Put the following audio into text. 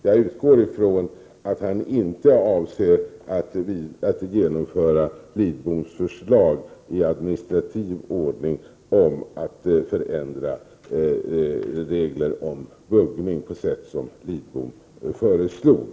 Jag utgår från att han inte avser att i administrativ ordning genomföra Carl Lidboms förslag om att förändra regler om buggning på sätt som Carl Lidbom föreslog.